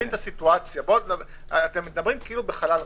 אתם מדברים כאילו בחלל ריק.